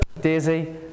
Daisy